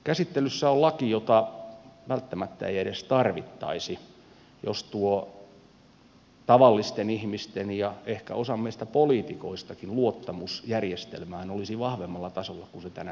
käsittelyssä on laki jota välttämättä ei edes tarvittaisi jos tuo tavallisten ihmisten ja ehkä osan meistä poliitikoistakin luottamus järjestelmään olisi vahvemmalla tasolla kuin se tänä päivänä on